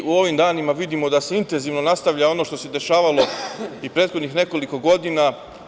U ovim danima vidimo da se intenzivno nastavlja ono što se dešavalo i prethodnih nekoliko godina.